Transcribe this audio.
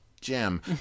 Jim